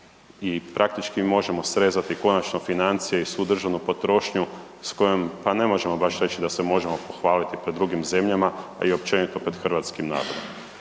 i praktički možemo srezati konačno financije i svu državnu potrošnju s kojom pa ne možemo baš reći da se može pohvaliti pred drugim zemljama, a i općenito pred hrvatskim narodom.